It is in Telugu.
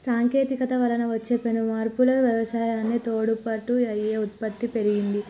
సాంకేతికత వలన వచ్చే పెను మార్పులు వ్యవసాయానికి తోడ్పాటు అయి ఉత్పత్తి పెరిగింది